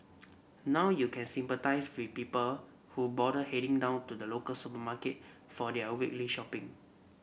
now you can sympathise with people who bother heading down to the local supermarket for their weekly shopping